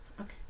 Okay